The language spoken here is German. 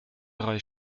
drei